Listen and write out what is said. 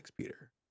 Peter